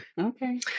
okay